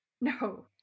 No